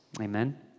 Amen